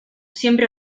siempre